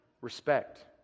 Respect